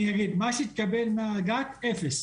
אני אגיד, מה שהתקבל מאגף התקציבים אפס.